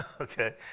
Okay